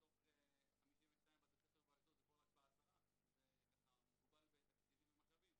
מתוך 52 בתי ספר באשדוד זה פועל רק ב-10 כי זה מוגבל בתקציבים ומשאבים.